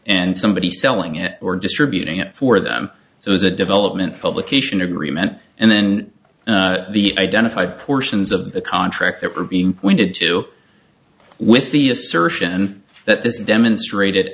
and somebody selling it or distributing it for them it was a development publication agreement and then the identified portions of the contract that were being pointed to with the assertion that this demonstrated